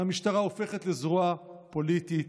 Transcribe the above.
והמשטרה הופכת לזרוע פוליטית.